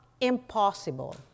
impossible